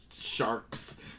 sharks